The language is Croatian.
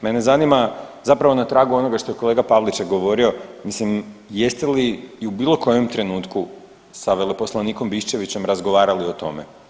Mene zanima zapravo na tragu onoga što je kolega Pavliček govorio, mislim jeste li u bilo kojem trenutku sa veleposlanikom Biščević razgovarali o tome.